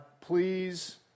please